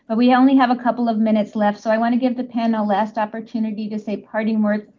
ah we only have a couple of minutes left. so i want to give the panel last opportunity to say parting words.